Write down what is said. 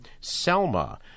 Selma